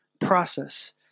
process